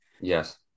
Yes